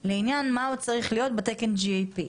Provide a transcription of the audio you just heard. לעניין מה עוד צריך להיות בתקן GAP?